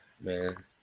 man